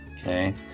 Okay